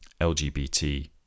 LGBT